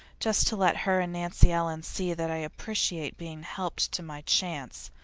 just to let her and nancy ellen see that i appreciate being helped to my chance,